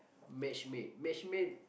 match made match made